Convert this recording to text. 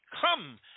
come